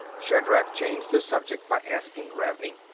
shatrak changed the subject by asking ravney.